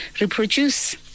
reproduce